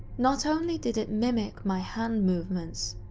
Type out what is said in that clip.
not only did it mimic my hand movements,